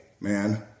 man